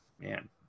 man